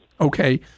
Okay